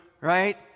right